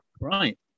right